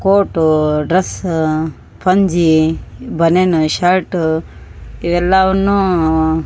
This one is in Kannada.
ಕೋಟೂ ಡ್ರಸ್ಸ್ ಪಂಚೆ ಬನ್ಯಾನು ಶರ್ಟು ಇವೆಲ್ಲವನ್ನು